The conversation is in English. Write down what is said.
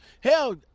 Hell